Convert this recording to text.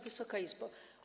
Wysoka Izbo!